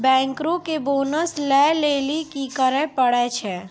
बैंकरो के बोनस लै लेली कि करै पड़ै छै?